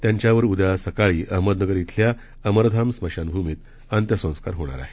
त्यांच्यावर उद्या सकाळी अहमदनगर इथल्या अमरधाम स्मशानभुमीत अंत्यसंस्कार केले जाणार आहेत